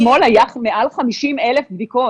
אתמול היו מעל 50,000 בדיקות.